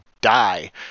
die